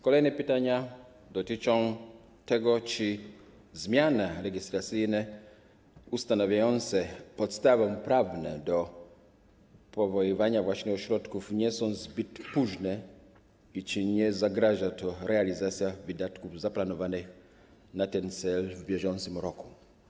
Kolejne pytania dotyczą tego, czy zmiany legislacyjne ustanawiające podstawę prawną do powoływania ośrodków nie są zbyt późne i czy nie zagraża to realizacji wydatków zaplanowanych na ten cel w bieżącym roku.